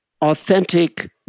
authentic